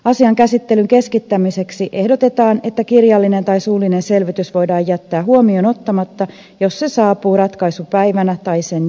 asian käsittelyn keskittämiseksi ehdotetaan että kirjallinen tai suullinen selvitys voidaan jättää huomioon ottamatta jos se saapuu ratkaisupäivänä tai sen jälkeen